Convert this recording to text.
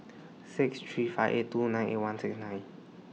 six three five eight two nine eight one six nine